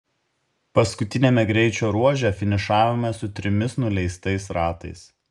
paskutiniame greičio ruože finišavome su trimis nuleistais ratais